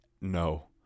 no